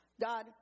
God